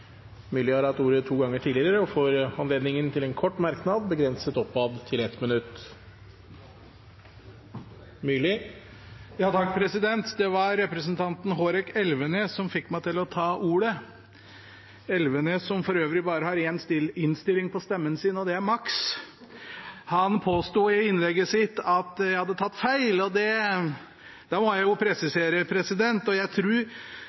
Myrli har hatt ordet to ganger tidligere og får ordet til en kort merknad, begrenset til 1 minutt. Det var representanten Hårek Elvenes som fikk meg til å ta ordet – Elvenes, som for øvrig bare har én innstilling på stemmen sin, og det er maks. Han påsto i innlegget sitt at jeg hadde tatt feil, og da må jeg presisere: Jeg